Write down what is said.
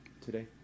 today